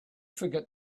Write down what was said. forget